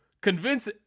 convince